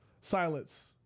Silence